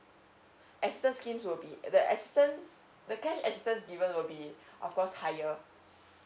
assistance scheme will be the assistance the cash assistance given will be of course higher